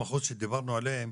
מה-50% שדיברנו עליהם,